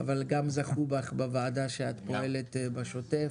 אבל גם זכו בך בוועדה שאת פועלת בשוטף.